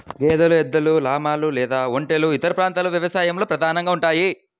గేదెలు, ఎద్దులు, లామాలు లేదా ఒంటెలు ఇతర ప్రాంతాల వ్యవసాయంలో ప్రధానంగా ఉంటాయి